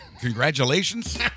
Congratulations